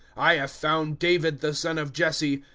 i have found david the son of jesse,